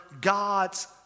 God's